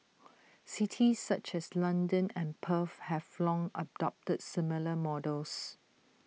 cities such as London and Perth have long adopted similar models